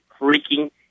Freaking